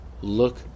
look